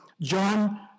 John